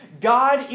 God